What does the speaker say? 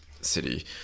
city